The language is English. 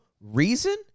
reason